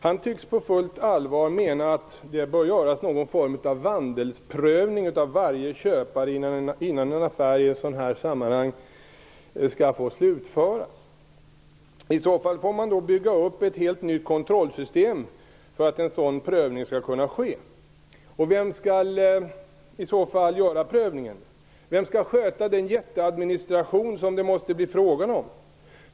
Han tycks på fullt allvar mena att det bör göras någon form av vandelsprövning av varje köpare innan en affär i ett sådant här sammanhang skall få slutföras. För att en sådan prövning skall kunna ske får man bygga upp ett helt nytt kontrollsystem. Vem skall i så fall göra prövningen? Vem skall sköta den enorma administration som det måste bli fråga om?